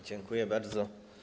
Dziękuję bardzo.